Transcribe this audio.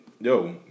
yo